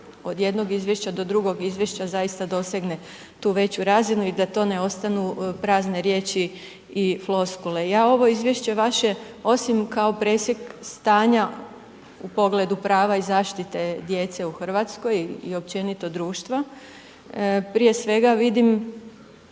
od jednog izvješća da drugog izvješća zaista dosegne tu veću razinu i da to ne ostanu prazne riječi i floskule. Ja ovo izvješće vaše, osim kao presjek stanja u pogledu prava i zaštite djece u Hrvatskoj i općenito društva, prije svega vidim